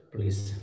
Please